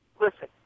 listen